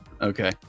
Okay